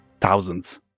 thousands